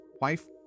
wife